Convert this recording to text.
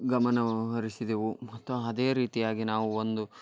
ಗಮನವು ಹರಿಸಿದೆವು ಮತ್ತು ಅದೇ ರೀತಿಯಾಗಿ ನಾವು ಒಂದು